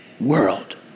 world